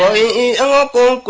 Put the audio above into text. ie o,